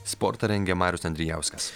sportą rengia marius andrijauskaskas